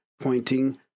pointing